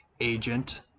agent